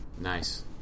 Nice